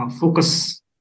focus